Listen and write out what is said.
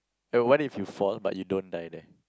what if you fall but you don't die there